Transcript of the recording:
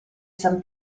san